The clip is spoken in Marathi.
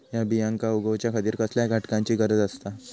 हया बियांक उगौच्या खातिर कसल्या घटकांची गरज आसता?